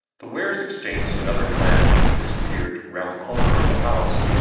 the wares exchanged another glance as he disappeared round the corner of the house,